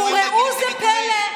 וראו זה פלא,